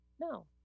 No